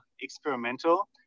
experimental